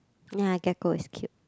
ya gecko is cute